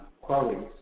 qualities